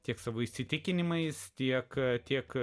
tiek savo įsitikinimais tiek tiek